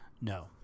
No